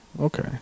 Okay